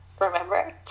Remember